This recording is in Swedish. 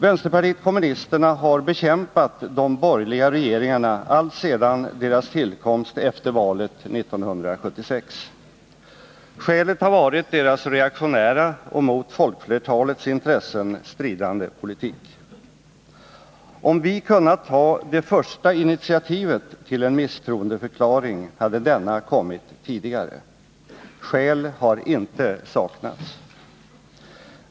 Vänsterpartiet kommunisterna har bekämpat de borgerliga regeringarna alltsedan deras tillkomst efter valet 1976. Skälet har varit deras reaktionära och mot folkflertalets intressen stridande politik. Om vi hade kunnat ta det första initiativet till en misstroendeförklaring, hade denna kommit tidigare. Skäl har inte saknats.